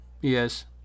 Yes